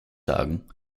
sagen